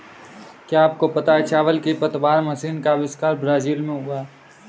क्या आपको पता है चावल की पतवार मशीन का अविष्कार ब्राज़ील में हुआ